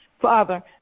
Father